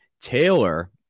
Taylor